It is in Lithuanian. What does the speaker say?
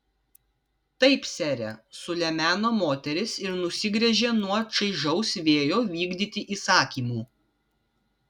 taip sere sulemeno moteris ir nusigręžė nuo čaižaus vėjo vykdyti įsakymų